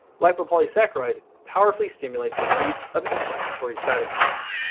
lipopolysaccharide powerfully stimulates the release of inflammatory cytokines.